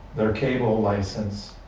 their cable license,